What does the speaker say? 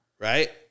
right